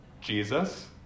Jesus